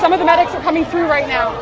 some of the medics are coming through right now